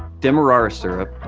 demerara syrup,